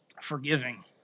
forgiving